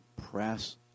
press